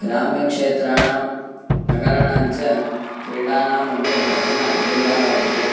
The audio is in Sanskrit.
ग्राम्यक्षेत्राणां नगराणाञ्च क्रीडानाम्मध्ये कश्चन भेदः वर्तते